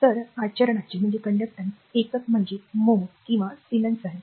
तर आचरणांचे एकक म्हणजे mho किंवा सीमेंस आहे